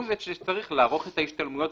הוא זה שצריך לערוך את ההשתלמויות.